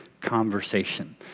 conversation